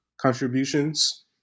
contributions